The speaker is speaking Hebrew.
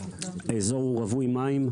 האזור רווי מים,